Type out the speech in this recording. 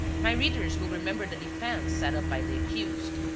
my readers will remember the defense set up by the accused.